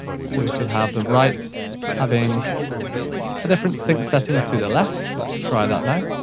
so we can have the right having a different sync setting to the left, so let's try that now.